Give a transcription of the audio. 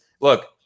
look